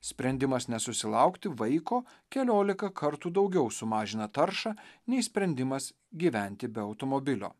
sprendimas nesusilaukti vaiko keliolika kartų daugiau sumažina taršą nei sprendimas gyventi be automobilio